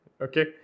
okay